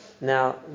Now